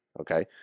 Okay